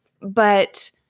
But-